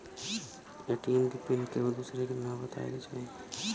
ATM के PIN केहू दुसरे के न बताए के चाही